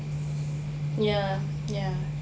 ya ya